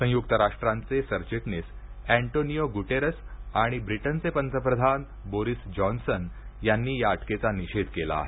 संयुक्त राष्ट्रांचे सरचिटणीस अँटोनियो गुटेरेस आणि ब्रिटनचे पंतप्रधान बोरिस जॉन्सन यांनी या अटकेचा निषेध केला आहे